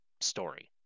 story